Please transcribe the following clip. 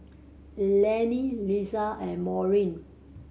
Laney Liza and Maureen